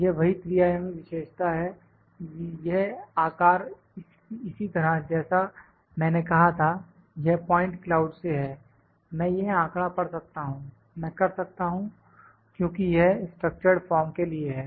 यह वही त्रिआयामी विशेषता है यह आकार इसी तरह जैसा मैंने कहा था यह पॉइंट क्लाउड से है मैं यह आंकड़ा पढ़ सकता हूं मैं कर सकता हूं क्योंकि यह स्ट्रक्चर्ड फॉर्म के लिए है